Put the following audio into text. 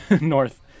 north